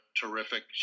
terrific